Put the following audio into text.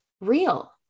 real